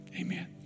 amen